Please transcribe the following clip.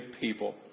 people